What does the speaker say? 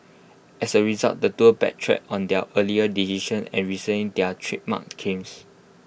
as A result the duo backtracked on their earlier decision and rescinded their trademark claims